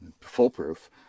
foolproof